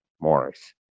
Morris